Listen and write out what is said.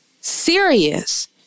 serious